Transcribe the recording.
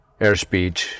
airspeed